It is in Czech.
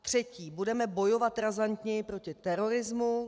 Třetí: budeme bojovat razantněji proti terorismu.